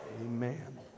Amen